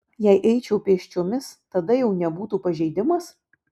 jei eičiau pėsčiomis tada jau nebūtų pažeidimas